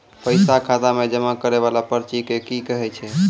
पैसा खाता मे जमा करैय वाला पर्ची के की कहेय छै?